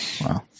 Wow